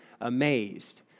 amazed